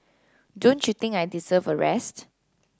don't you think I deserve a rest